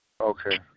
Okay